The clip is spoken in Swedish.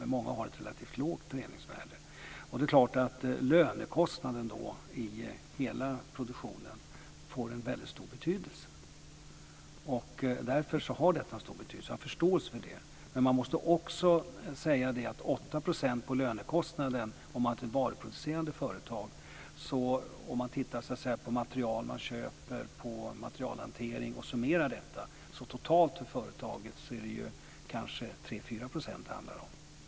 Men många har ett relativt lågt förädlingsvärde, och det är klart att lönekostnaden i hela produktionen då får en väldigt stor betydelse. Därför har detta en stor betydelse. Jag har förståelse för det. Men vi måste också säga, vad gäller 8 % på lönekostnaden och varuproducerande företag - om vi tittar på det material man köper och på materialhantering och om vi summerar detta - att totalt handlar det för företaget om kanske 3-4 %.